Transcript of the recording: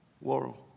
world